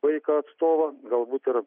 vaiką atstovą galbūt ir